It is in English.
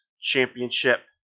Championship